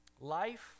Life